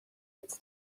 its